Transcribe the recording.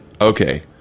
okay